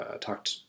talked